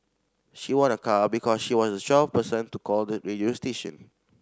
she won a car because she was the twelfth person to call the radio station